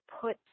put